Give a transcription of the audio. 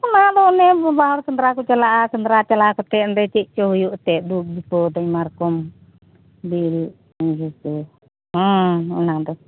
ᱚᱱᱟᱫᱚ ᱚᱱᱮ ᱵᱟᱵᱟ ᱦᱚᱲᱠᱚ ᱥᱮᱸᱫᱽᱨᱟᱠᱚ ᱪᱟᱞᱟᱜᱼᱟ ᱥᱮᱸᱫᱽᱨᱟ ᱪᱟᱞᱟᱣ ᱠᱟᱛᱮᱫ ᱚᱸᱰᱮ ᱪᱮᱫᱪᱚ ᱦᱩᱭᱩᱜ ᱮᱛᱮᱜ ᱫᱩᱠ ᱵᱤᱯᱳᱫ ᱟᱭᱢᱟ ᱨᱚᱠᱚᱢ ᱵᱤᱨ ᱨᱮ ᱤᱭᱟᱹᱛᱮ ᱦᱮᱸ ᱚᱱᱟᱫᱚ